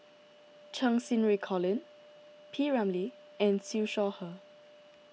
Cheng Xinru Colin P Ramlee and Siew Shaw Her